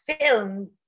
film